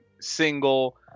single